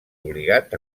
obligat